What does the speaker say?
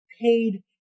paid